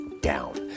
down